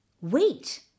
wait